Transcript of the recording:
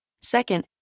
Second